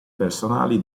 personali